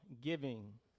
giving